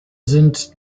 sind